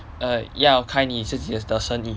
err 要开你自己的生意